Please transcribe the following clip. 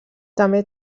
també